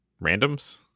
randoms